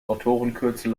autorenkürzel